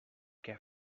què